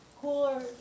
Cooler